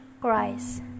cries